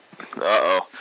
Uh-oh